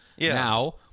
Now